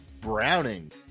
Browning